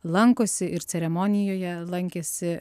lankosi ir ceremonijoje lankėsi